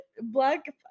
Black